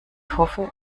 hoffe